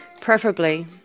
Preferably